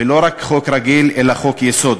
ולא רק חוק רגיל אלא חוק-יסוד?